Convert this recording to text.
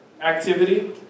activity